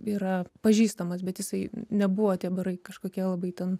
yra pažįstamas bet jisai nebuvo tie barai kažkokie labai ten